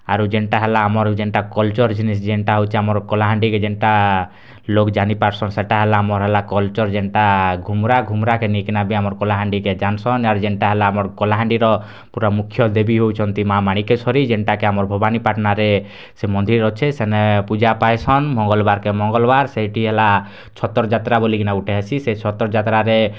ଆରୁ ଯେନ୍ଟା ହେଲା ଆମର୍ ଯେନ୍ତା କଲ୍ଚର୍ ଯେନ୍ତା ହେଉଛେ ଆମର୍ କଲାହାଣ୍ଡିକେ ଯେନ୍ଟା ଲୋଗ୍ ଜାଣି ପାର୍ସୁଁ ସେଟା ହେଲା ଆମର୍ କଲ୍ଚର୍ ଯେନ୍ତା ଘୁମ୍ରା ଘୁମ୍ରାକେ ନେଇକିନା ଆମର୍ ବି କଲାହାଣ୍ଡିକେ ଜାନ୍ସନ୍ ଆର୍ ଯେନ୍ତା ହେଲା ଆମର୍ କଲାହାଣ୍ଡିର୍ ପୁରା ମୁଖ୍ୟ ଦେବୀ ହେଉଛନ୍ ମାଁ ମାଣିକେଶ୍ୱରୀ ଯେନ୍ତା କି ଆମର୍ ଭବାନୀପାଟ୍ଣାରେ ସେ ମନ୍ଦିର୍ ଅଛେ ସେନେ ପୂଜା ପାଏସନ୍ ମଙ୍ଗଲବାର୍କେ ମଙ୍ଗଲବାର୍ ସେଠି ହେଲା ଛତର୍ ଯାତରା ବୋଲିକିନା ଗୁଟେ ହେସି ସେ ଛତର୍ ଯାତ୍ରାରେ